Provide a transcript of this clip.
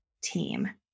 team